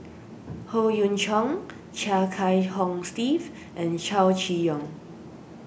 Howe Yoon Chong Chia Kiah Hong Steve and Chow Chee Yong